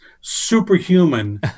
superhuman